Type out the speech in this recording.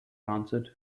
answered